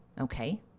Okay